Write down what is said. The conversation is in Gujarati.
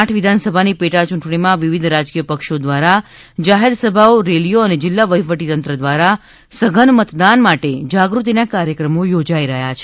આઠ વિધાનસભાની પેટાચૂંટણીમાં વિવિધ રાજકીય પક્ષો દ્વારા જાહેરસભાઓ રેલીઓ અને જીલ્લા વફીવટીતંત્ર દ્વારા સઘન મતદાન માટે જાગૃતિના કાર્યક્રમો યોજાઇ રહ્યાં છે